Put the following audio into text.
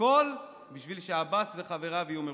הכול בשביל שעבאס וחבריו יהיו מרוצים.